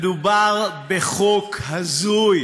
מדובר בחוק הזוי,